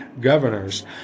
governors